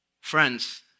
Friends